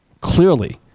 clearly